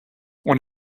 when